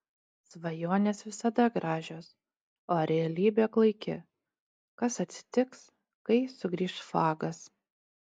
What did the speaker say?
svajonės visada gražios o realybė klaiki kas atsitiks kai sugrįš fagas